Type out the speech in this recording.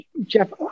Jeff